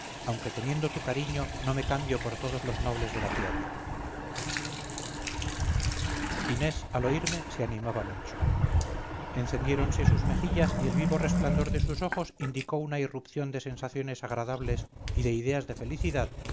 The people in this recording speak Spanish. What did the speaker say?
aunque teniendo tu cariño no me cambio por todos los nobles de la tierra inés al oírme se animaba mucho encendiéronse sus mejillas y el vivo resplandor de sus ojos indicó una irrupción de sensaciones agradables y de ideas de felicidad